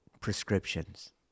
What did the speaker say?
prescriptions